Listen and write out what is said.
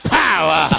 power